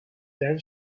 then